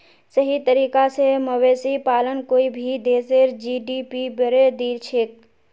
सही तरीका स मवेशी पालन कोई भी देशेर जी.डी.पी बढ़ैं दिछेक